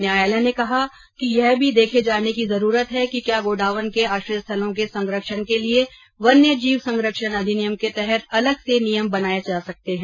न्यायालय ने कहा कि यह भी देखे जाने की जरूरत है कि क्या गोडावण के आश्रय स्थलों के संरक्षण के लिए वन्यजीव संरक्षण अधिनियम के तहत अलग से नियम बनाए जा सकते हैं